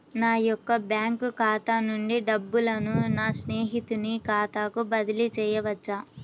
నా యొక్క బ్యాంకు ఖాతా నుండి డబ్బులను నా స్నేహితుని ఖాతాకు బదిలీ చేయవచ్చా?